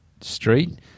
street